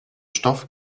stoff